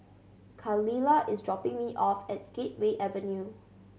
Khalilah is dropping me off at Gateway Avenue